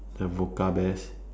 the vodka bears